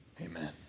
Amen